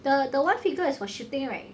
the the one finger is for shooting right